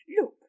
Look